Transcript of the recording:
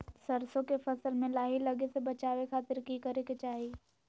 सरसों के फसल में लाही लगे से बचावे खातिर की करे के चाही?